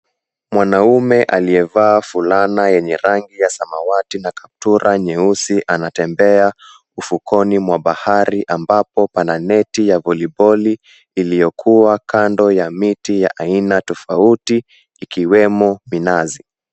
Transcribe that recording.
Mwanaume aliyevaa fulana yenye rangi ya samawati na kaptura nyeusi anatembea ufukoni mwa bahari ambapo pana neti ya voliboli iliyokuwa kando ya miti ya aina tofauti ikiwemo minazi.